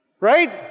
Right